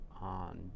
on